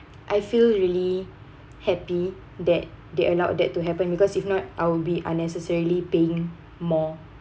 I feel really happy that they allowed that to happen because if not I'll be unnecessarily paying more